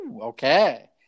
okay